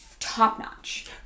top-notch